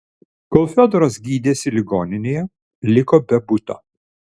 kol fiodoras gydėsi ligoninėje liko be buto